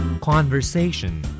Conversation